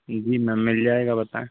जी ma'am मिल जाएगा बताएं